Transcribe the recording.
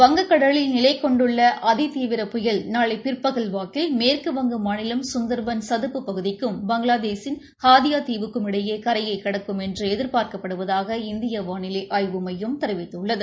வங்கக்கடலில் நிலை கொண்டுள்ள அதி தீவிர புயல் நாளை பிற்பகல் வாக்கில் மேற்குவங்க மாநிலம் கந்தர்பன் சதுப்பு பகுதிக்கும் பங்களாரேஷின் ஹப்பியா தீவுக்கும் இடையே கரையை கடக்கும் என்று எதிர்பார்க்கப்படுவதாக இந்திய வானிலை ஆய்வு மையம் தெரிவித்துள்ளது